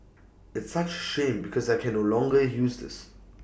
it's such A shame because I can no longer use this